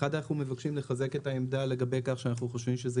אנחנו מבקשים לחזק את העמדה לגבי כך שאנחנו חושבים שזה